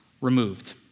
removed